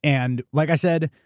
and like i said,